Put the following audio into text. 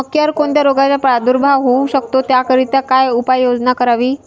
मक्यावर कोणत्या रोगाचा प्रादुर्भाव होऊ शकतो? त्याकरिता काय उपाययोजना करावी?